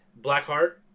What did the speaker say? Blackheart